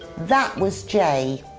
that was jay.